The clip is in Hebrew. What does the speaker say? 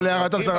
אבל הערת אזהרה?